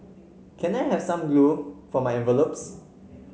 can I have some glue for my envelopes